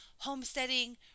homesteading